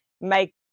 make